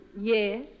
Yes